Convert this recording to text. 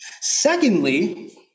Secondly